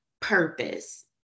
purpose